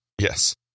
Yes